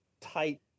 tight